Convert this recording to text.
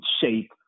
shape